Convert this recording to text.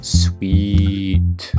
sweet